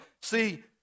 See